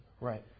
Right